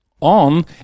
on